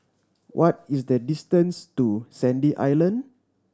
what is the distance to Sandy Island